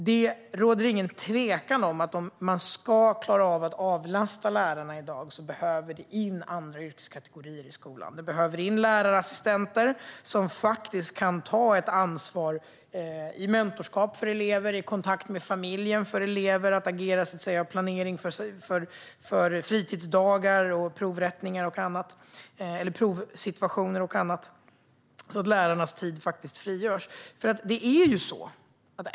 Det råder ingen tvekan om att om man ska klara av att avlasta lärarna i dag behöver det komma in andra yrkeskategorier i skolan. Det behöver komma in lärarassistenter som faktiskt kan ta ett ansvar i mentorskap för elever och i kontakter med elevernas familjer, ansvara för att planera för fritidsdagar, provrättningar, provsituationer och annat så att lärarnas tid frigörs.